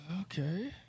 Okay